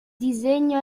disegno